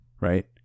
Right